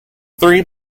three